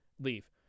leave